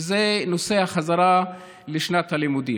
וזה החזרה לשנת הלימודים.